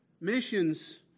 Missions